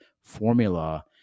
formula